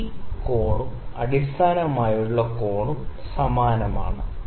അതിനാൽ ഈ കോണും അടിസ്ഥാനമുള്ള ഈ കോണും സമാനമാണ്